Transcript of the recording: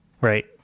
Right